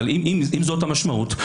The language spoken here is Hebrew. אבל אם זאת המשמעות,